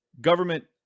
government